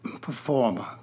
performer